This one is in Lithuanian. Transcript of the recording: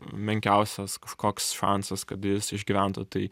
menkiausias kažkoks šansas kad jis išgyventų tai